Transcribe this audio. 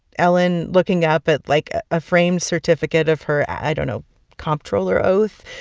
ellen looking up at, like, a framed certificate of her i don't know comptroller oath,